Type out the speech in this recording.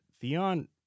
Theon